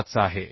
25 आहे